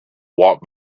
walked